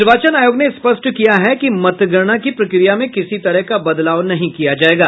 निर्वाचन आयोग ने स्पष्ट किया है कि मतगणना की प्रक्रिया में किसी तरह का बदलाव नहीं किया जायेगा